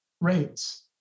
rates